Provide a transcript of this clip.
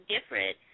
different